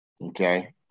okay